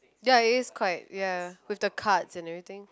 ya it is quite ya with the cards and everything